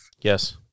Yes